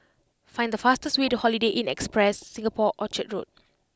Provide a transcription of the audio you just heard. find the fastest way to Holiday Inn Express Singapore Orchard Road